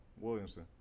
Williamson